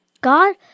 God